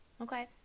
Okay